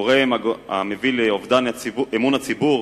ומגורם המביא לאובדן אמון הציבור